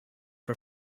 for